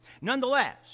Nonetheless